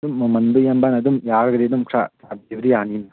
ꯑꯗꯨꯝ ꯃꯃꯟꯗꯨ ꯏꯌꯥꯝꯕꯅ ꯑꯗꯨꯝ ꯌꯥꯔꯒꯗꯤ ꯑꯗꯨꯝ ꯈꯔ ꯇꯥꯕꯤꯕꯗꯤ ꯌꯥꯅꯤꯅ